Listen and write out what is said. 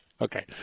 Okay